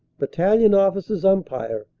battalion officers umpire,